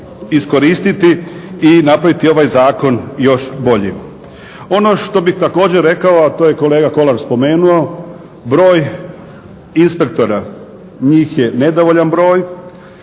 iskoristiti i napraviti ovaj zakon još boljim. Ono što bih također rekao, a to je kolega Kolar spomenuo broj inspektora. Njih je nedovoljan broj